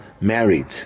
married